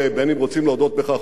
אם רוצים להודות בכך או לא,